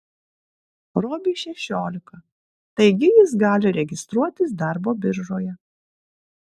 robiui šešiolika taigi jis gali registruotis darbo biržoje